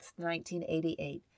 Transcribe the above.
1988